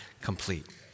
complete